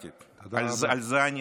על זה אני נאבק